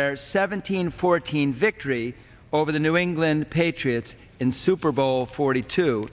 their seventeen fourteen victory over the new england patriots in super bowl forty two